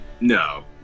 No